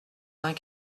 vingt